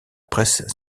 presse